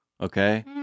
Okay